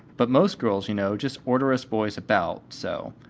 but most girls, you know, just order us boys about so,